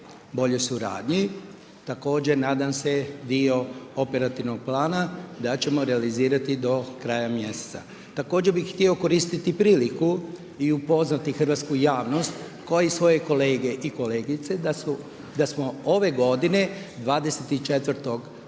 boljoj suradnji, također nadam se dio operativnog plana, da ćemo realizirati do kraja mjeseca. Također bi htio koristiti priliku i upoznati hrvatsku javnost, kao i svoje kolege i kolegice da smo ove godine, 24.kolovoza,